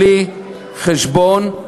בלי חשבון.